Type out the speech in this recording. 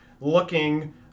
looking